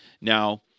Now